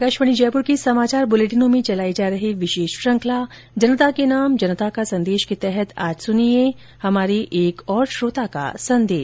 आकाशवाणी जयपुर के समाचार बुलेटिनों में चलाई जा रही विशेष श्रुखंला जनता के नाम जनता का संदेश के तहत आज सुनिये हमारे एक और श्रोता का संदेश